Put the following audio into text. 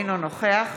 אינו נוכח